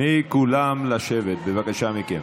כולם לשבת, בבקשה מכם,